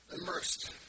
immersed